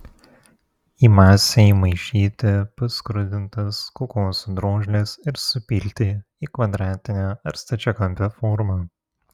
į masę įmaišyti paskrudintas kokosų drožles ir supilti į kvadratinę ar stačiakampę formą